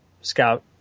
Scout